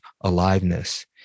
aliveness